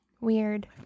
Weird